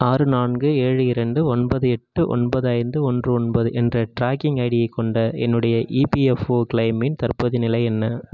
ஆறு நான்கு ஏழு இரண்டு ஒன்பது எட்டு ஒன்பது ஐந்து ஒன்று ஒன்பது என்ற ட்ராக்கிங் ஐடியைக் கொண்ட என்னுடைய இபிஎஃப்ஒ கிளெய்மின் தற்போதைய நிலை என்ன